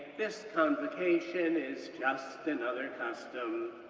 this convocation is just another custom,